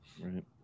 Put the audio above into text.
Right